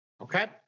Okay